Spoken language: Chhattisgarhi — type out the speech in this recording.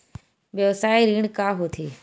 व्यवसाय ऋण का होथे?